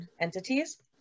entities